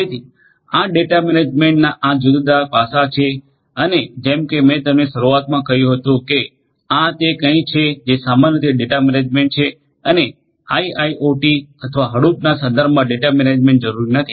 જેથી આ data management ના આ જુદાં જુદાં પાસાં છે અને જેમ કે મેં તમને શરૂઆતમાં કહ્યું હતું કે આ તે કંઈક છે જે સામાન્ય રીતે ડેટા મેનેજમેન્ટ છે અને આઇઆઇઓટી અથવા હડુપના સંદર્ભમા ડેટા મેનેજમેન્ટ જરૂરી નથી